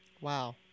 Wow